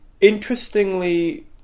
interestingly